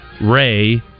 Ray